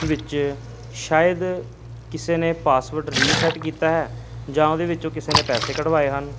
ਵਿੱਚ ਸ਼ਾਇਦ ਕਿਸੇ ਨੇ ਪਾਸਵਰਡ ਰੀਸੈਟ ਕੀਤਾ ਹੈ ਜਾਂ ਉਹਦੇ ਵਿੱਚੋਂ ਕਿਸੇ ਨੇ ਪੈਸੇ ਕਢਵਾਏ ਹਨ